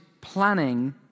planning